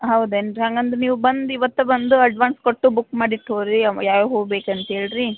ಹೌದೇನ್ರಿ ಹಂಗಂದ್ರೆ ನೀವು ಬಂದು ಇವತ್ತೇ ಬಂದು ಅಡ್ವಾನ್ಸ್ ಕೊಟ್ಟು ಬುಕ್ ಮಾಡಿಟ್ಟು ಹೋಗ್ರೀ ಯಾವ್ಯಾವ ಹೂ ಬೇಕಂತ ಹೇಳ್ರೀ